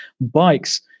bikes